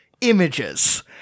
images